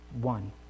One